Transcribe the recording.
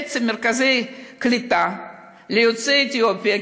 חצי ממרכזי הקליטה ליוצאי אתיופיה,